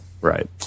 right